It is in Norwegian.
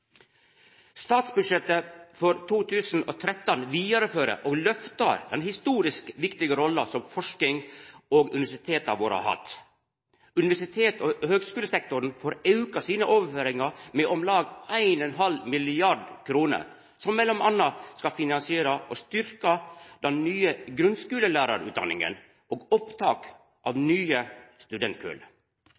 Statsbudsjettet for 2013 vidarefører og løftar den historisk viktige rolla som forsking og universiteta våre har hatt. Universitets- og høgskulesektoren får auka overføringane sine med om lag 1,5 mrd. kr, som m.a. skal finansiera og styrkja den nye grunnskulelærarutdanninga og opptak av nye studentkull.